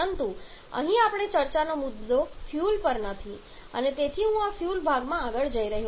પરંતુ અહીં આપણી ચર્ચાનો મુદ્દો ફ્યુઅલ પર નથી અને તેથી હું આ ફ્યુઅલ ભાગમાં વધુ આગળ નથી જઈ રહ્યો